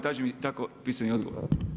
Tražim i tako pisani odgovor.